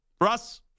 Russ